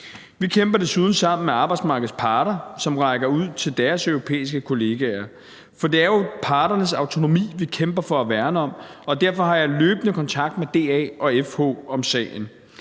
Vi kæmper desuden sammen med arbejdsmarkedets parter, som rækker ud til deres europæiske kollegaer. For det er jo parternes autonomi, vi kæmper for at værne om, og derfor har jeg løbende kontakt med DA og FH om sagen.